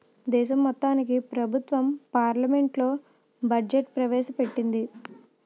దేశం మొత్తానికి ప్రభుత్వం పార్లమెంట్లో బడ్జెట్ ప్రవేశ పెట్టింది